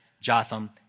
Jotham